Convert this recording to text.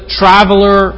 traveler